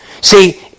See